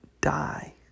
die